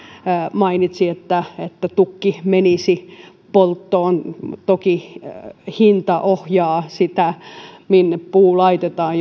mainitsi että että tukki menisi polttoon toki hinta ohjaa sitä minne puu laitetaan